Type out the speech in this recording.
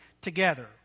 together